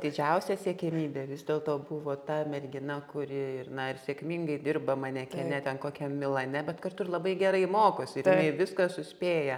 didžiausia siekiamybė vis dėlto buvo ta mergina kuri ir na ir sėkmingai dirba manekene ten kokiam milane bet kartu ir labai gerai mokosi ir jinai viską suspėja